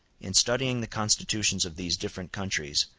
in studying the constitutions of these different countries,